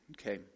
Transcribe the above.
Okay